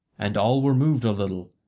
and all were moved a little,